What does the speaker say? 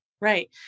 Right